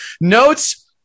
notes